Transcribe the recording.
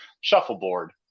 Shuffleboard